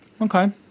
Okay